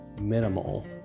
minimal